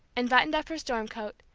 and buttoned up her storm coat,